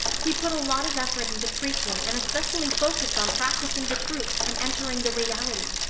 he put a lot of effort into preaching, and especially focused on practicing the truth and entering the reality.